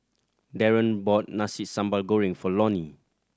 Darren bought Nasi Sambal Goreng for Lonie